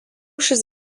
šis